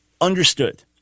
understood